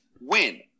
win